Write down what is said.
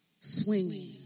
swinging